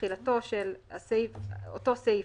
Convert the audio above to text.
תחילתו של אותו סעיף,